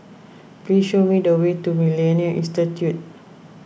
please show me the way to Millennia Institute